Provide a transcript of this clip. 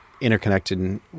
interconnected